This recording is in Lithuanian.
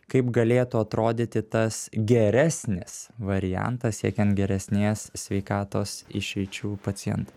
kaip galėtų atrodyti tas geresnis variantas siekiant geresnės sveikatos išeičių pacientam